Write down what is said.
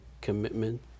commitment